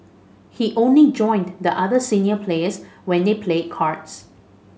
he only join the other senior players when they played cards